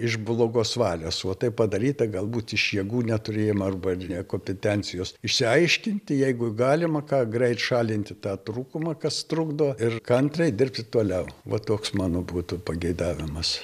iš blogos valios o tai padaryta galbūt iš jėgų neturėjimo arba ir nekompetencijos išsiaiškinti jeigu galima ką greit šalinti tą trūkumą kas trukdo ir kantriai dirbti toliau va toks mano būtų pageidavimas